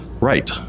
right